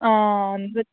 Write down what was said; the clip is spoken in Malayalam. ആ എന്ത്